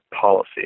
policy